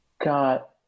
got